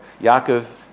Yaakov